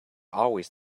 always